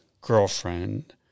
girlfriend